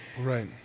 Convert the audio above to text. Right